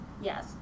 Yes